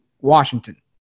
Washington